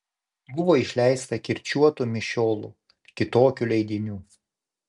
buvo išleista kirčiuotų mišiolų kitokių leidinių